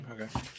Okay